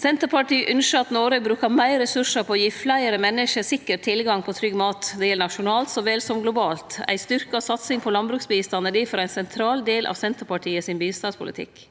Senterpartiet ynskjer at Noreg bruker meir ressursar på å gi fleire menneske sikker tilgang på trygg mat. Det gjeld nasjonalt så vel som globalt. Ei styrkt satsing på landbruksbistand er difor ein sentral del av bistandspolitikken